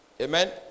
Amen